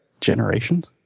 Generations